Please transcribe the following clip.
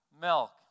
milk